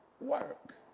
work